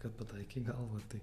kad pataikė į galvą tai